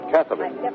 Catherine